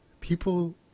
people